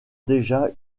déjà